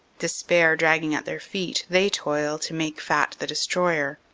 despair dragging at their feet, they toil to make fat the destroyer.